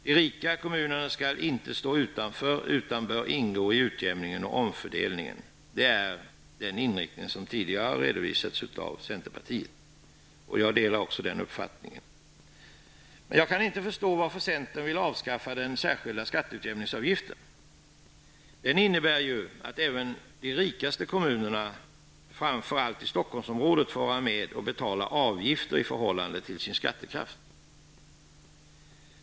De rika kommunerna skall inte stå utanför utan bör ingå i utjämningen och omfördelningen. Det är den inriktning som tidigare har redovisats av centerpartiet, och jag delar den uppfattningen. Men jag kan inte förstå varför centern vill avskaffa den särskilda skatteutjämningsavgiften. Den innebär ju att även de rikaste kommunerna, framför allt i Stockholmsområdet, får vara med och betala avgifter i förhållande till sin skattekraft.